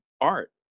art